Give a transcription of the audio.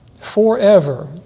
Forever